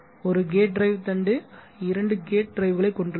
ஒரு gate drive தண்டு 2 gate டிரைவ்களைக் கொண்டுள்ளது